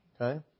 Okay